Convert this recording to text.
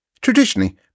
Traditionally